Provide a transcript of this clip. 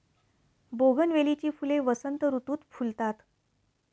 बोगनवेलीची फुले वसंत ऋतुत फुलतात